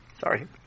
Sorry